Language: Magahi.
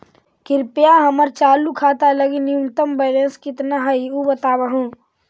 कृपया हमर चालू खाता लगी न्यूनतम बैलेंस कितना हई ऊ बतावहुं